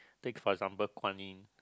take for example guan yi